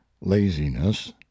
laziness